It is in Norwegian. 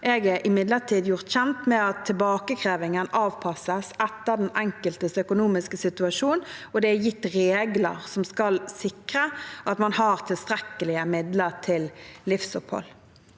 Jeg er imidlertid gjort kjent med at tilbakekrevingen avpasses etter den enkeltes økonomiske situasjon, og at det er gitt regler som skal sikre at man har tilstrekkelige midler til livsopphold.